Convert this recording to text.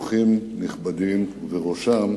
אורחים נכבדים, ובראשם